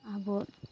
अब